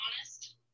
honest